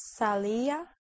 Salia